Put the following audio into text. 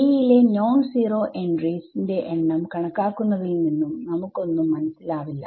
b യിലെ non zero entries ന്റെ എണ്ണം കണക്കാക്കുന്നതിൽ നിന്നും നമുക്കൊന്നും മനസ്സിലാവില്ല